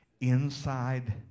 inside